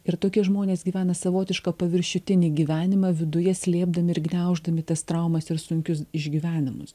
ir tokie žmonės gyvena savotišką paviršiutinį gyvenimą viduje slėpdami ir gniauždami tas traumas ir sunkius išgyvenimus